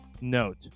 note